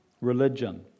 religion